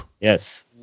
Yes